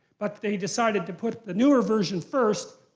but they decided to put the newer version first.